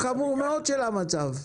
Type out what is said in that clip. של המצב.